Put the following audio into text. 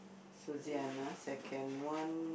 Suzanna second one